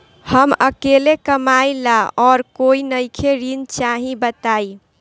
हम अकेले कमाई ला और कोई नइखे ऋण चाही बताई?